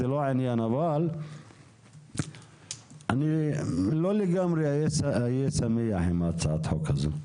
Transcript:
אבל אני לא לגמרי שמח בהצעת החוק הזאת.